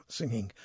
singing